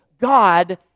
God